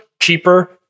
cheaper